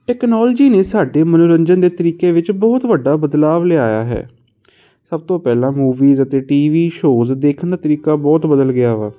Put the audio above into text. technology ਨੇ ਸਾਡੇ ਮਨੋਰੰਜਨ ਦੇ ਤਰੀਕੇ ਵਿੱਚ ਬਹੁਤ ਵੱਡਾ ਬਦਲਾਅ ਲਿਆਇਆ ਹੈ ਸਭ ਤੋਂ ਪਹਿਲਾਂ ਮੂਵੀਜ਼ ਅਤੇ ਟੀ ਵੀ ਸ਼ੋਜ਼ ਦੇਖਣ ਦਾ ਤਰੀਕਾ ਬਹੁਤ ਬਦਲ ਗਿਆ ਵਾ